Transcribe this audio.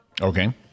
Okay